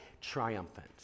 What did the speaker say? triumphant